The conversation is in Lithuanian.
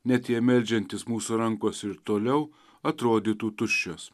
net jei meldžiantis mūsų rankos ir toliau atrodytų tuščios